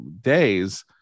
days